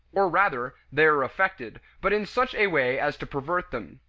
or rather, they are affected, but in such a way as to pervert them.